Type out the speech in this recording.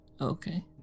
Okay